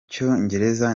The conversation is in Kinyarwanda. cyongereza